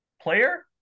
player